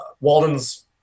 Walden's